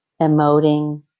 emoting